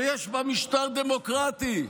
שיש בה משטר דמוקרטי,